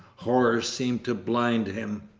horror seemed to blind him.